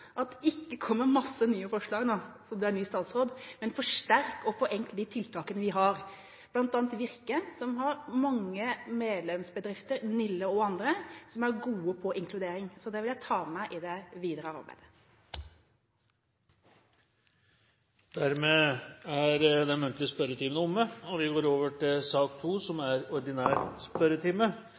at det ikke bør komme mange nye forslag når det nå er en ny statsråd, men at man forsterker og forenkler de tiltakene vi har – bl.a. Virke, som har mange medlemsbedrifter, Nille og andre, som er gode på inkludering. Så det vil jeg ta med meg i det videre arbeidet. Dermed er den muntlige spørretimen omme.